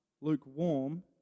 lukewarm